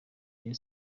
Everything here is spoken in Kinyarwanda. rayon